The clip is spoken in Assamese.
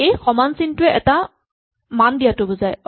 এই সমান চিনটোৱে এটা মান দিয়াটো বুজায়